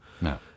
No